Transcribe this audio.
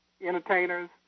entertainers